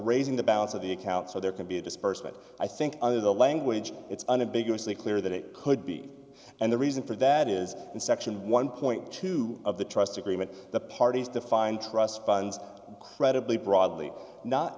raising the balance of the account so there can be disbursed but i think under the language it's unambiguous the clear that it could be and the reason for that is in section one point two of the trust agreement the parties defined trust funds credibly broadly not